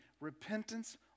Repentance